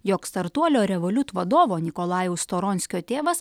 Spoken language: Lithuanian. jog startuolio revoliut vadovo nikolajaus toronskio tėvas